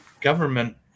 government